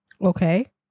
Okay